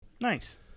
nice